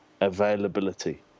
availability